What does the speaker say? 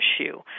issue